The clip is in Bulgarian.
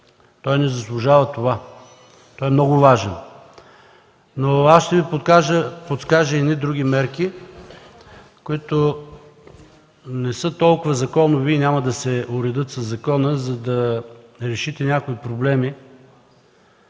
Той не заслужава това, той е много важен! Ще Ви подскажа едни други мерки, които не са толкова законови и няма да се уредят със закона, за да решите някои проблеми.